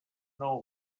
know